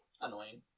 annoying